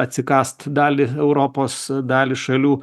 atsikąst dalį europos dalį šalių